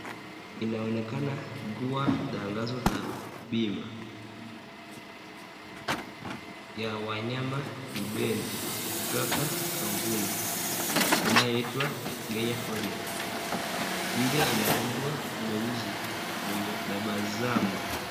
Inaonekana kuwa tangazo la bima ya wanyama kipenzi kutoka kampuni inayoitwa Kenya Odion. Picha ina mbwa mweusi mwenye tabasamu.